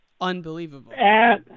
unbelievable